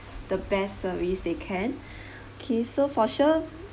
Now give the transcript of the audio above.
the best service they can okay so for sure